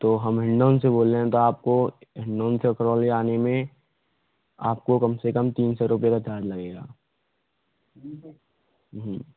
तो हम हिनडोन से बोल रहे तो आप को हिनडोन से करौली आने में तो आप को कम से कम तीन सौ रुपये का चार्ज लगेगा